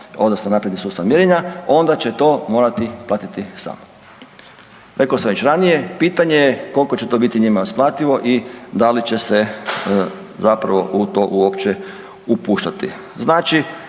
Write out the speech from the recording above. odnosno napredni sustav mjerenja onda će to morati platiti sam. Rekao sam već ranije, pitanje je koliko će to njima biti isplativo i da li će se zapravo u to uopće upuštati. Znači